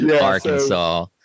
Arkansas